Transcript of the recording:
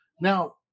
Now